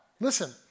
listen